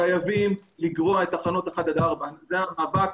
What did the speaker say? חייבים לגרוע את תחנות אחת עד ארבע, שזה המאבק